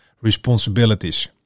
responsibilities